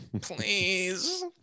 Please